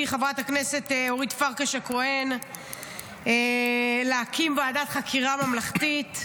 חברת הכנסת אורית פרקש הכהן להקים ועדת חקירה ממלכתית.